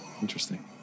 interesting